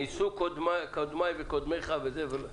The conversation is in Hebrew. ניסו קודמיי וקודמיך ולא הצליחו.